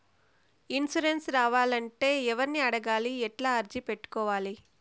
Insurance రావాలంటే ఎవర్ని అడగాలి? ఎట్లా అర్జీ పెట్టుకోవాలి?